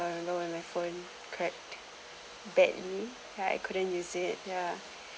and my phone cracked badly ya I couldn't use it ya